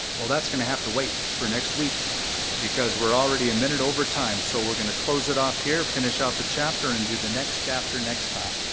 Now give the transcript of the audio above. well, that's gonna have to wait for next week because we're already a minute over time. so we're gonna close it off here, finish off the chapter, and do the next chapter next time.